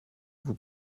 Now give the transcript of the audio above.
vous